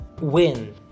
win